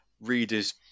readers